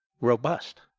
robust